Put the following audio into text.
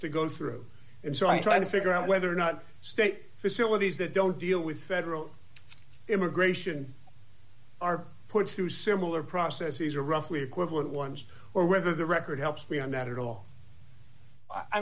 to go through and so i'm trying to figure out whether or not state facilities that don't deal with several immigration are put through similar processes are roughly equivalent ones or whether the record helps we are not at all i